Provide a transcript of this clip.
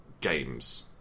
games